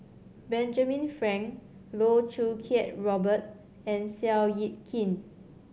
Benjamin Frank Loh Choo Kiat Robert and Seow Yit Kin